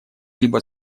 либо